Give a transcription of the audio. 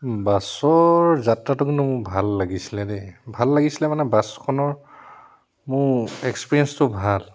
বাছৰ যাত্ৰাটো কিন্তু মোৰ ভাল লাগিছিলে দেই ভাল লাগিছিলে মানে বাছখনৰ মোৰ এক্সপিৰিয়েঞ্চটো ভাল